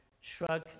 shrug